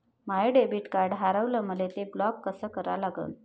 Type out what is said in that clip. माय debit card हारवलं, मले ते ब्लॉक कस करा लागन?